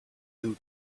who